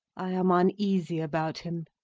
i am uneasy about him.